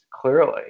clearly